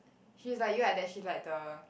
she's like you like that she like the